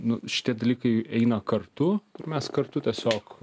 nu šitie dalykai eina kartu kur mes kartu tiesiog